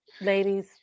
Ladies